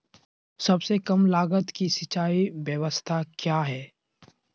सबसे कम लगत की सिंचाई ब्यास्ता क्या है?